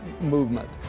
movement